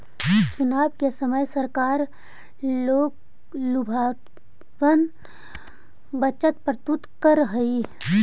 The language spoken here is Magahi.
चुनाव के समय सरकार लोकलुभावन बजट प्रस्तुत करऽ हई